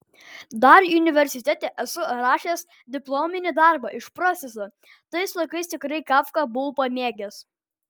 dar universitete esu rašęs diplominį darbą iš proceso tais laikais tikrai kafką buvau pamėgęs